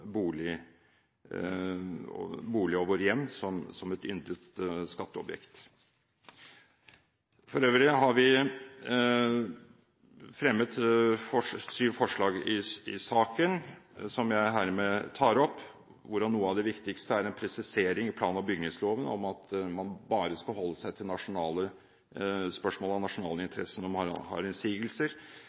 bolig, at våre hjem ikke blir et yndet skatteobjekt. For øvrig har vi sammen med Fremskrittspartiet fremmet syv forslag i saken. Blant dem er noe av det viktigste en presisering i plan- og bygningsloven om at man bare skal holde seg til spørsmål av nasjonal interesse når man har innsigelser.